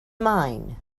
mine